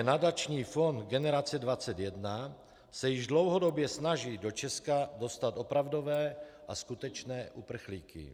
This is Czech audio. Nadační fond Generace 21 se již dlouhodobě snaží do Česka dostat opravdové a skutečné uprchlíky.